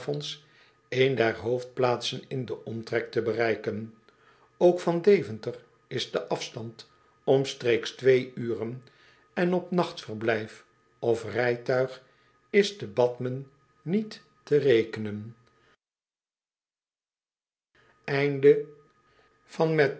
een der hoofdplaatsen in den omtrek te bereiken ook van deventer is de afstand omstreeks twee uren en op nachtverblijf of rijtuig is te bathmen niet te rekenen